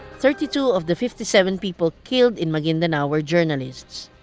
thirty two of the fifty seven people killed in maguindanao were journalists.